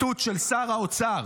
ציטוט של שר האוצר.